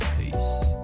peace